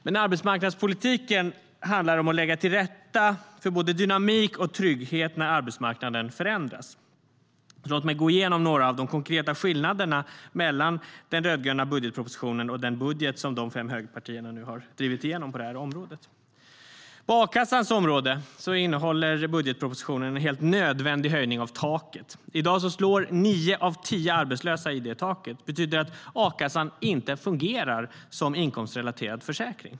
Men arbetsmarknadspolitiken handlar om att lägga till rätta för både dynamik och trygghet när arbetsmarknaden förändras. På a-kassans område innehåller budgetpropositionen en helt nödvändig höjning av taket. I dag slår nio av tio arbetslösa i det taket. Det betyder att a-kassan inte fungerar som inkomstrelaterad försäkring.